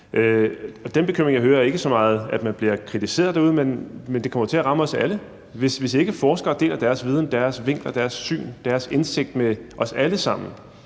Den bekymring, jeg hører, er ikke så meget, at man bliver kritiseret derude. Men det kommer jo til at ramme os alle. Hvis ikke forskere deler deres viden, deres vinkler, deres syn, deres indsigt med os alle sammen,